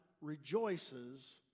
rejoices